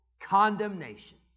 condemnation